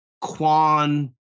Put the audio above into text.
Kwan